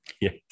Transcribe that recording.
Yes